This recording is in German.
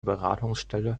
beratungsstelle